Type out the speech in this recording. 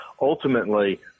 ultimately